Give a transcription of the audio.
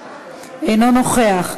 אינו נוכח,